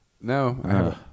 No